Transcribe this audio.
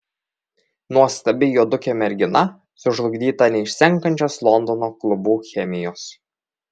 nuostabi juodukė mergina sužlugdyta neišsenkančios londono klubų chemijos